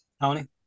Tony